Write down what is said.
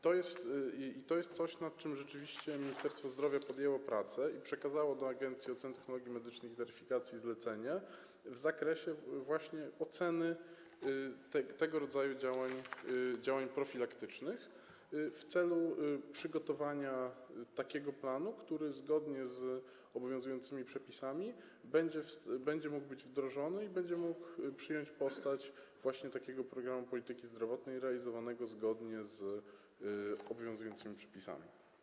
To jest coś, nad czym rzeczywiście Ministerstwo Zdrowia podjęło prace i przekazało do Agencji Oceny Technologii Medycznych i Taryfikacji zlecenie w zakresie właśnie oceny tego rodzaju działań profilaktycznych w celu przygotowania takiego planu, który zgodnie z obowiązującymi przepisami będzie mógł być wdrożony i będzie mógł przyjąć postać właśnie takiego programu polityki zdrowotnej realizowanego zgodnie z obowiązującymi przepisami.